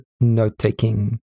note-taking